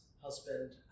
husband